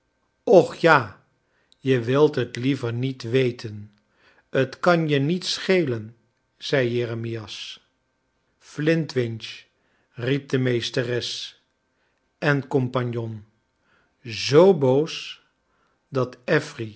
och ja je wilt het liever niet weten t kan je niet schelen zei jeremias flint winch riep de mees teres en compagnon zoo boos dat affery